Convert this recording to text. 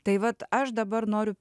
tai vat aš dabar noriu